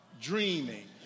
dreaming